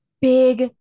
big